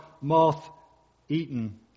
moth-eaten